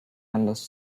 anlass